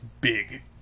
big